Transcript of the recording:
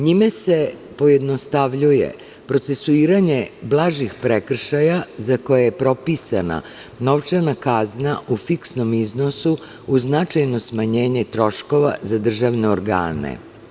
Njime se pojednostavljuje procesuiranje blažih prekršaja za koje je propisana novčana kazna u fiksnom iznosu, uz značajno smanjenje troškova za državne organe.